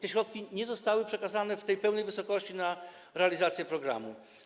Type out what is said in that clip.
Te środki nie zostały przekazane w tej pełnej wysokości na realizację programu.